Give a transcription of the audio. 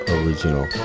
original